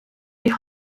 die